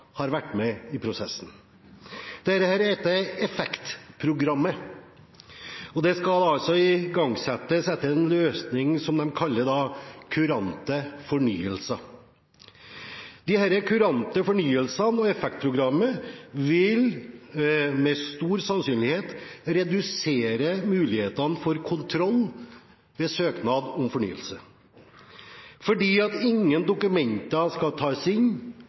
har vært med i prosessen. Dette heter EFFEKT-programmet, og det skal altså igangsettes etter en løsning de kaller kurante fornyelser. Disse kurante fornyelsene og EFFEKT-programmet vil med stor sannsynlighet redusere mulighetene for kontroll ved søknad om fornyelse, fordi ingen dokumenter skal tas inn